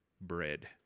bread